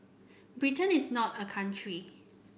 Britain is not a country